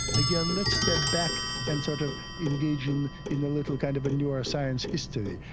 again let's step back and sort of engage in in a little kind of neuroscience history.